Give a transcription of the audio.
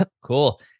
cool